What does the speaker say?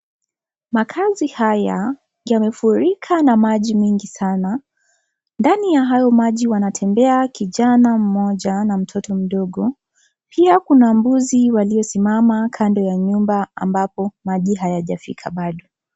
Makaazi haya, yamefurika na maji mengi sana. Ndani ya hayo maji, wanatembea kijana mmoja na mtoto mdogo. Pia kuna mbuzi, waliosimama kando ya nyumba ambapo maji hayajafika Bado.